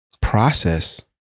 process